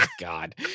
God